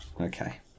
Okay